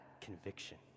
conviction